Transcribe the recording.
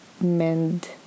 mend